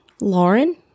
Lauren